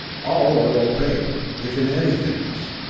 all are opaque, if in any thickness.